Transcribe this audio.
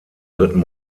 dritten